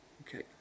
Okay